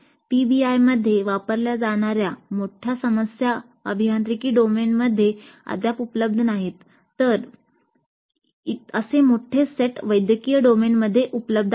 पीबीआयमध्ये वापरल्या जाणार्या मोठ्या समस्या अभियांत्रिकी डोमेनमध्ये अद्याप उपलब्ध नाहीत तर असे मोठे सेट वैद्यकीय डोमेनमध्ये उपलब्ध आहेत